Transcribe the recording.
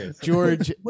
George